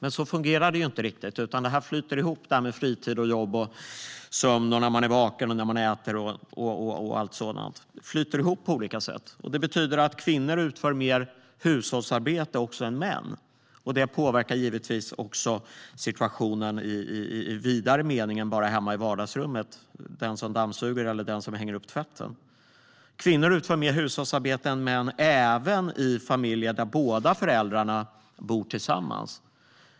Men så fungerar det inte, utan jobb och fritid, sömn och vakenhet, måltider med mera flyter ihop. Kvinnor utför mer hushållsarbete än män, och vem som dammsuger och hänger upp tvätten påverkar situationen i vidare mening än bara hemma i vardagsrummet. Kvinnor utför mer hushållsarbete än män även i familjer där båda föräldrarna bor tillsammans.